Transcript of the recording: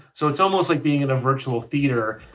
so it's almost like being in a virtual theater,